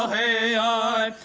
i